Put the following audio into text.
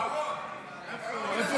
לא יעזור